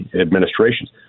administrations